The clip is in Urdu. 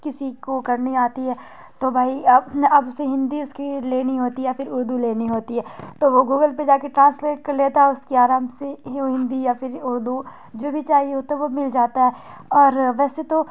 کسی کو کرنی آتی ہے تو بھائی اب اب اسے ہندی اس کی لینی ہوتی ہے یا پھر اردو لینی ہوتی ہے تو وہ گوگل پہ جا کے ٹرانسلیٹ کر لیتا ہے اس کی آرام سے ہندی یا پھر اردو جو بھی چاہیے ہوتا ہے وہ مل جاتا ہے اور ویسے تو